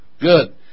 Good